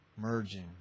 merging